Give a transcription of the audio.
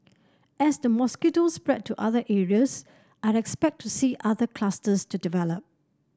as the mosquitoes spread to other areas I expect to see other clusters to develop